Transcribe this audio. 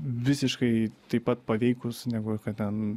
visiškai taip pat paveikūs negu kad ten